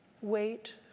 Wait